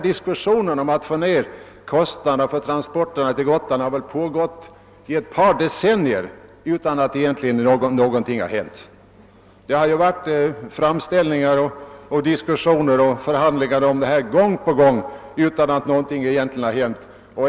Diskussionen om att nedbringa kostnaderna för transporterna till Gotland har väl pågått i ett par decennier utan att egentligen någonting har hänt — det har förekommit framställningar, förhandlingar och diskussioner i denna fråga gång på gång.